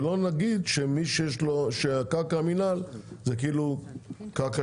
ולא נגיד שמי שיש לו קרקע מינהל זה כאילו קרקע